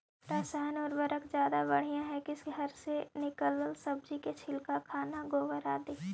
रासायन उर्वरक ज्यादा बढ़िया हैं कि घर से निकलल सब्जी के छिलका, खाना, गोबर, आदि?